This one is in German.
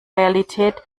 realität